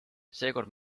seekord